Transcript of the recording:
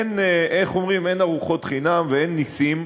איך אומרים, אין ארוחות חינם ואין נסים,